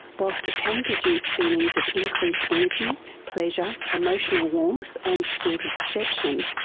whilst it can produce feelings of increased energy, pleasure, emotional warmth and distorted perception,